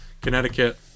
Connecticut